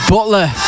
Butler